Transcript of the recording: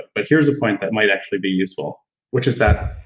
but here's the point that might actually be useful which is that